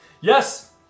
Yes